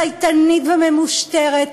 צייתנית וממושטרת,